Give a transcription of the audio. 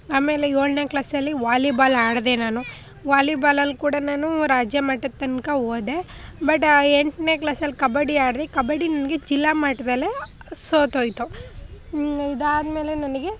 ಆಮೇಲೆ ಏಳ್ನೇ ಕ್ಲಾಸಲ್ಲಿ ವಾಲಿಬಾಲ್ ಆಡಿದೆ ನಾನು ವಾಲಿಬಾಲಲ್ಲಿ ಕೂಡ ನಾನು ರಾಜ್ಯ ಮಟ್ಟದ ತನಕ ಹೋದೆ ಬಟ್ ಎಂಟನೇ ಕ್ಲಾಸಲ್ಲಿ ಕಬಡ್ಡಿ ಆಡಿದೆ ಕಬಡ್ಡಿ ನನಗೆ ಜಿಲ್ಲಾ ಮಟ್ಟದಲ್ಲೇ ಸೋತೋಯಿತು ಇದಾದ್ಮೇಲೆ ನನಗೆ